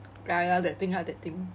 ya ya that thing ah that thing